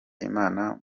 imana